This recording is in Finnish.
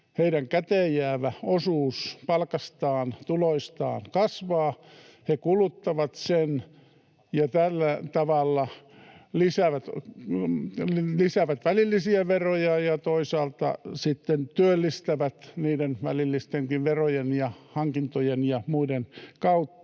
heidän käteenjäävä osuutensa palkasta, tuloista kasvaa, he kuluttavat sen ja tällä tavalla lisäävät välillisiä veroja ja toisaalta sitten työllistävät niiden välillistenkin verojen ja hankintojen ja muiden kautta.